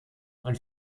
und